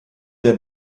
der